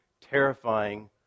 terrifying